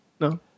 No